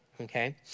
Okay